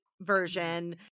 version